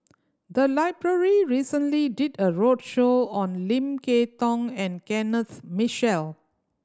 the library recently did a roadshow on Lim Kay Tong and Kenneth Mitchell